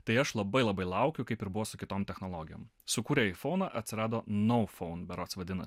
tai aš labai labai laukiu kaip ir buvo su kitom technologijom sūkurė aifoną atsirado nophone berods vadina